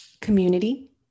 community